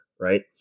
right